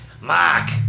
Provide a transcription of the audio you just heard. Mark